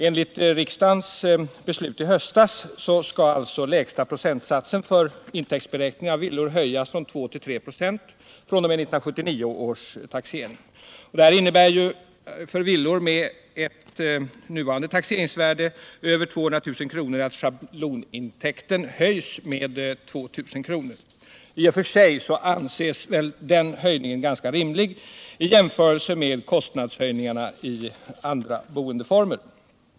Enligt riksdagens beslut i höstas skall alltså den lägsta procentsatsen för intäktsberäkning av villor fr.o.m. 1979 års taxering höjas från 2 96 till 3 96. För villor med nuvarande taxeringsvärde på över 200 000 kr. innebär ju detta att schablonintäkten höjs med 2 000 kr. I och för sig anses väl den höjningen ganska rimlig i jämförelse med kostnadshöjningarna vid andra boendeformer.